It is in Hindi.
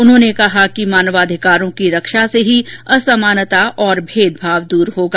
उन्होंने कहा कि मानवाधिकारों की रक्षा से ही असमानता और भेदभाव दूर होगा